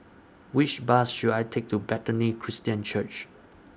Which Bus should I Take to Bethany Christian Church